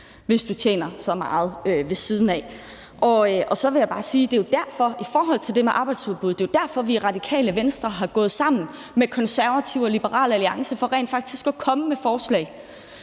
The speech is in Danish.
hvis folk tjener så meget ved siden af. Så vil jeg bare sige i forhold til det med arbejdsudbuddet, at vi jo i Radikale Venstre er gået sammen med Konservative og Liberal Alliance for rent faktisk at komme med forslag,